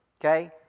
Okay